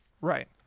Right